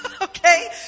okay